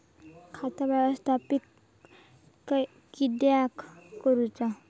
खाता व्यवस्थापित किद्यक करुचा?